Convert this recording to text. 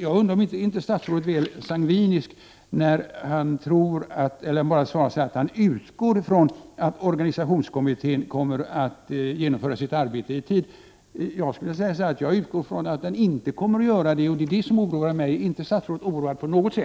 Jag undrar om inte statsrådet är väl sangvinisk när han svarar att han utgår ifrån att organisationskommittén kommer att genomföra sitt arbete i tid. Jag skulle vilja säga att jag utgår ifrån att den inte kommer att göra det, och det är detta som oroar mig. Är inte statsrådet oroad på något sätt?